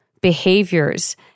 behaviors